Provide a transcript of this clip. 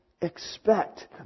expect